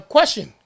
Question